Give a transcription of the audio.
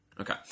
Okay